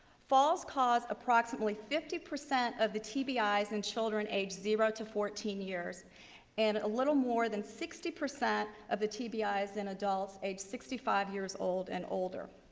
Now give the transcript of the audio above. falls cost approximately fifty percent of the tbis in ah and children age zero to fourteen years and a little more than sixty percent of the tbis in adults age sixty five years old and older.